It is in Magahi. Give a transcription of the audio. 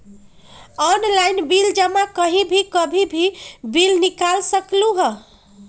ऑनलाइन बिल जमा कहीं भी कभी भी बिल निकाल सकलहु ह?